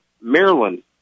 Maryland